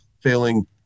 failing